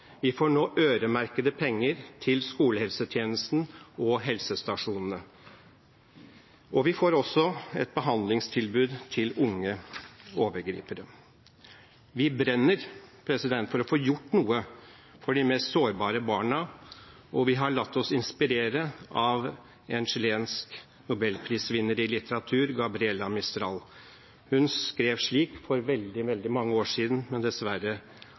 Vi får nå øremerkede penger til skolehelsetjenesten og helsestasjonene, og vi får også et behandlingstilbud til unge overgripere. Vi brenner for å få gjort noe for de mest sårbare barna, og vi har latt oss inspirere av en chilensk nobelprisvinner i litteratur, Gabriela Mistral. Hun skrev følgende for veldig, veldig mange år siden, men det er dessverre